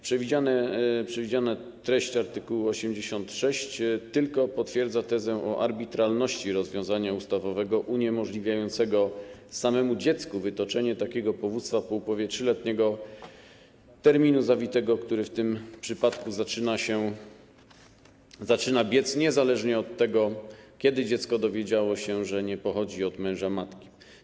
Przewidziana treść art. 86 tylko potwierdza tezę o arbitralności rozwiązania ustawowego uniemożliwiającego samemu dziecku wytoczenie takiego powództwa po upływie 3-letniego terminu zawitego, który w tym przypadku zaczyna biec niezależnie od tego, kiedy dziecko dowiedziało się, że nie pochodzi od męża matki.